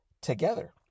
together